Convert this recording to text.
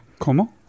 ¿Cómo